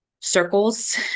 circles